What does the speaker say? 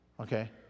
Okay